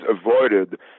avoided